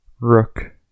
Rook